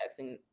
texting